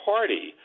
Party